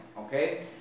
okay